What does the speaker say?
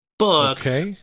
books